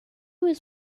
was